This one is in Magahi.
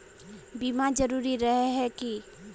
बीमा जरूरी रहे है की?